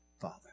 Father